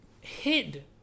hid